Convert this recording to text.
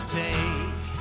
take